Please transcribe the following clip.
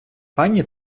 пані